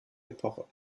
epoche